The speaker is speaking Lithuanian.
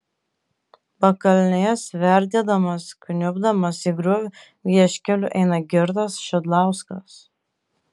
pakalnėje sverdėdamas kniubdamas į griovį vieškeliu eina girtas šidlauskas